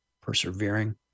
persevering